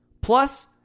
Plus